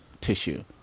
tissue